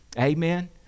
Amen